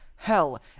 Hell